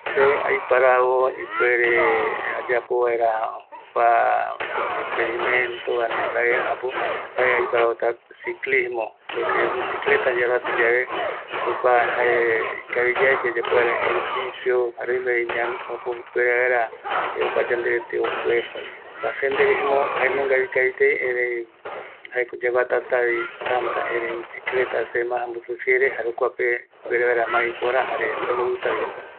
Ñanemiari yave, añae kirai ou, ou guɨroata gueru gueru, jae ko opaete kua guɨroata Bisicleta reta va, jaema ma se ipora seve ayapovaera jaeko aroata vaera Bisi, esa jokua jae maa omee seve ipuere vaera ayemongue.